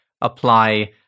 apply